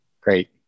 Great